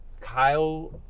Kyle